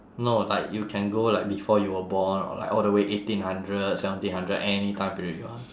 no like you can go like before you were born or like all the way eighteen hundreds seventeen hundred any time period you want